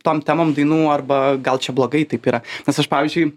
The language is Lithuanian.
tom temom dainų arba gal čia blogai taip yra nes aš pavyzdžiui